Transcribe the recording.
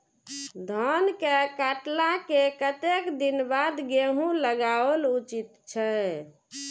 धान के काटला के कतेक दिन बाद गैहूं लागाओल उचित छे?